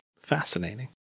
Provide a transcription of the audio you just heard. fascinating